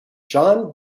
john